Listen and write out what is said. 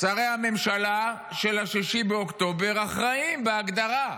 שרי הממשלה של 6 באוקטובר אחראים, בהגדרה.